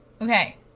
Okay